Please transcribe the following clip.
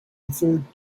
third